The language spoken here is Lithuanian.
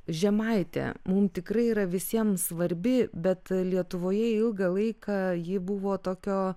žemaitė mum tikrai yra visiem svarbi bet lietuvoje ilgą laiką ji buvo tokio